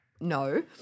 No